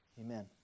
Amen